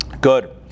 Good